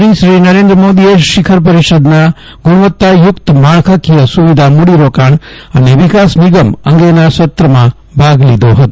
પ્રધાનમંત્રીશ્રી નરેન્દ્ર મોદીએ શિખર પરિષદના ગુણવત્તાયુક્ત માળખાકીય સુવિધા મૂડીરોકાણ અને વિકાસ નિગમ અંગેના સત્રમાં ભાગ લીધો હતો